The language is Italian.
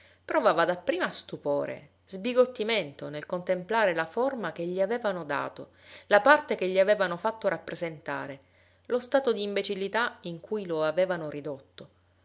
provava dapprima stupore sbigottimento nel contemplare la forma che gli avevano dato la parte che gli avevano fatto rappresentare lo stato d'imbecillità in cui lo avevano ridotto